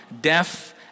deaf